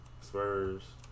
Spurs